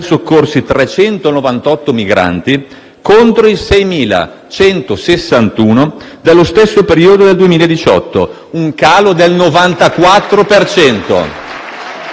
contro i 6.161 dello stesso periodo del 2018, un calo del 94 per cento, con una Guardia costiera